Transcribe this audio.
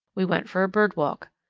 we went for a bird walk.